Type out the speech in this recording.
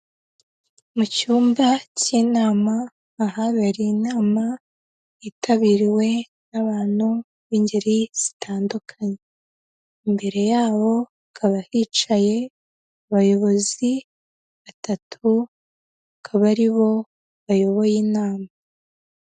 Mu cyumba cy'inama ahabereye inama yitabiriwe n'abantu b'ingeri zitandukanye, imbere yabo hakaba hicaye abayobozi batatu, akaba aribo bayoboye inama.